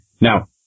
Now